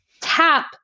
tap